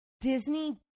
Disney